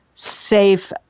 Safe